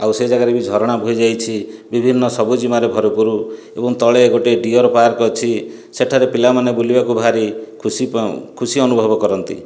ଆଉ ସେ ଜାଗାରେ ବି ଝରଣା ବୋହିଯାଇଛି ବିଭିନ୍ନ ସବୁଜିମାରେ ଭରପୁର୍ ଏବଂ ତଳେ ଗୋଟିଏ ଡିଅର ପାର୍କ ଅଛି ସେଠାରେ ପିଲାମାନେ ବୁଲିବାକୁ ଭାରି ଖୁସି ପ ଖୁସି ଅନୁଭବ କରନ୍ତି